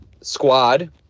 squad